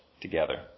together